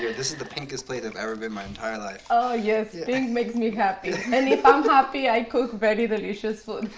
this is the pinkest place i've ever been my entire life oh yes. pink makes me happy, and if i'm happy i cook very delicious food.